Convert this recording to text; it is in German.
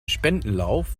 spendenlauf